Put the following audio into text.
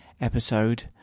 episode